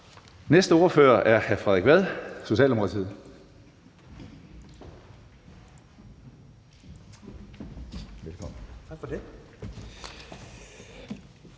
Næste ordfører er hr. Frederik Vad, Socialdemokratiet.